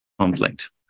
Conflict